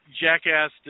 jackass